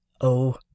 Oh